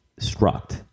struct